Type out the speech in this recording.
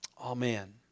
Amen